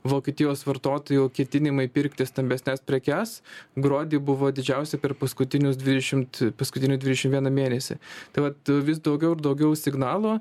vokietijos vartotojų ketinimai pirkti stambesnes prekes gruodį buvo didžiausi per paskutinius dvidešimt paskutinį dvidešim vieną mėnesį tai vat vis daugiau ir daugiau signalų